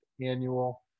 annual